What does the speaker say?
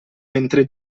mentre